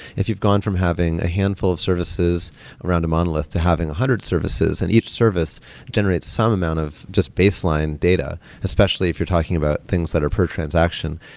if you've gone from having a handful of services around the monolith to having a hundred services and each service generates some amount of just baseline data, especially if you're talking about things that are per transaction.